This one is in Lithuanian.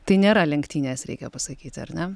tai nėra lenktynės reikia pasakyti ar ne